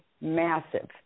massive